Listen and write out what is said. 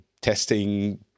testing